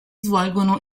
svolgono